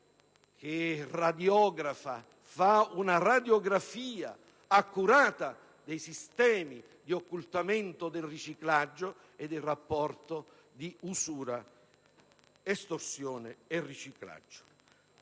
che compie una radiografia accurata dei sistemi di occultamento del riciclaggio e del rapporto tra usura, estorsione e riciclaggio.